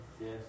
Yes